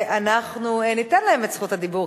ואנחנו ניתן להם את זכות הדיבור,